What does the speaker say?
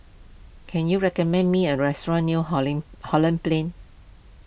can you recommend me a restaurant near Holing Holland Plain